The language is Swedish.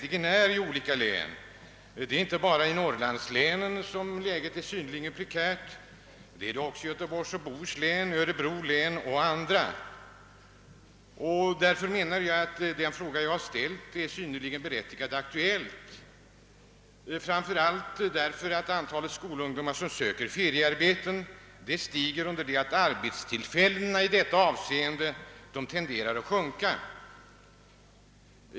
Läget är synnerligen prekärt, inte bara i norrlandslänen utan även i Göteborgs och Bohus län, Örebro län m.fl. Den fråga jag ställt är alltså berättigad och aktuell, framför allt därför att antalet skolungdomar som söker feriearbete stiger under det att arbetstillfällena i detta avseende tenderar att sjunka.